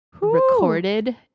recorded